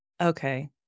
okay